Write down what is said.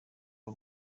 w’u